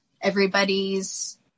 everybody's